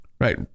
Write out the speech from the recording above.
Right